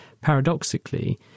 paradoxically